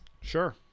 Sure